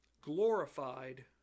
glorified